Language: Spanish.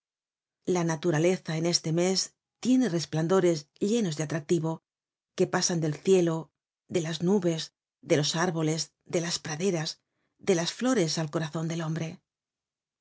la naturaleza en este mes tiene resplandores llenos de atractivo que pasan del cielo de las nubes de los árboles de las praderas de las flores al corazon del hombre